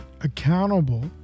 accountable